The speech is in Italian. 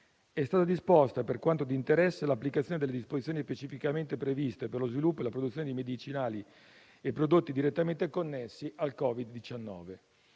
È stata disposta, per quanto di interesse, l'applicazione delle disposizioni specificatamente previste per lo sviluppo e la produzione di medicinali e prodotti direttamente connessi al Covid-19.